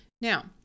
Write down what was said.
now